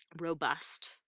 robust